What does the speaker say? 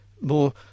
more